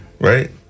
Right